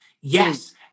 Yes